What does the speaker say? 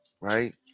right